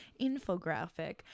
infographic